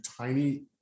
tiny